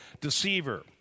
deceiver